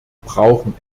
brauchen